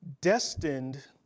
destined